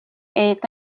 est